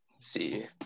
see